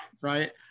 right